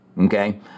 okay